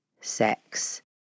sex